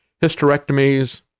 hysterectomies